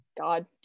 god